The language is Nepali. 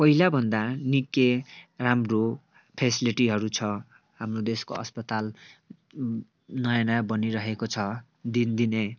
पहिलाभन्दा निकै राम्रो फेसिलिटीहरू छ हाम्रो देशको अस्पताल नयाँ नयाँ बनिरहेको छ दिनदिनै